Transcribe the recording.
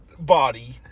body